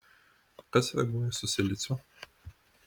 kas reaguoja su siliciu